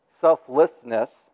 selflessness